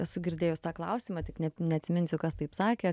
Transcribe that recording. esu girdėjus tą klausimą tik ne neatsiminsiu kas taip sakė